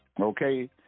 Okay